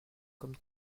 comme